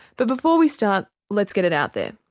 but before we start, let's get it out there,